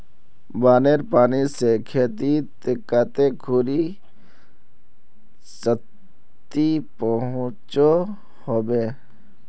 बानेर पानी से खेतीत कते खुरी क्षति पहुँचो होबे?